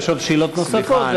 יש שאלות נוספות,